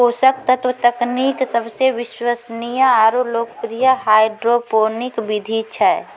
पोषक तत्व तकनीक सबसे विश्वसनीय आरु लोकप्रिय हाइड्रोपोनिक विधि छै